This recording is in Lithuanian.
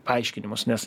paaiškinimus nes